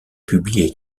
publiée